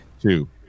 two